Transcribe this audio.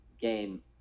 game